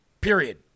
Period